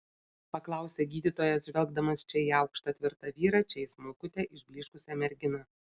paklausė gydytojas žvelgdamas čia į aukštą tvirtą vyrą čia į smulkutę išblyškusią merginą